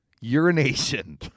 urination